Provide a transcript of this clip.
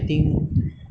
on the like